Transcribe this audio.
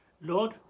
Lord